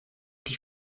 die